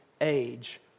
age